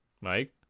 Mike